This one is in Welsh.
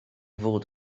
fod